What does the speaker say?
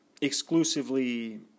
exclusively